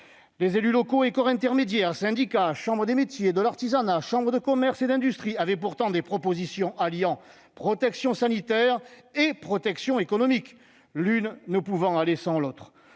Les élus locaux et les corps intermédiaires- syndicats, chambres de métiers et de l'artisanat, chambres de commerce et d'industrie -avaient pourtant formulé des propositions alliant protection sanitaire et protection économique, l'une ne pouvant aller sans l'autre.